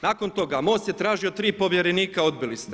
Nakon toga MOST je tražio tri povjerenika, odbili ste.